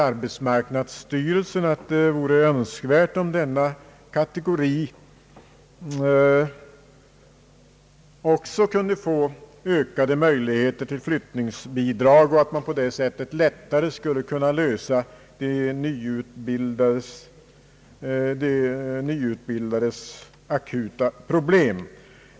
Arbetsmarknadsstyrelsen anser att det vore önskvärt om denna kategori också kunde få ökade möjligheter till flyttningsbidrag, så att man på det sättet lättare skulle kunna lösa de nyutbildades akuta problem.